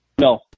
No